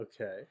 okay